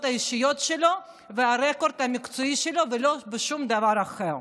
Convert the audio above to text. האישיות שלו והרקורד המקצועי שלו ולא לפי שום דבר אחר.